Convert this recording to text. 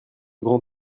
grand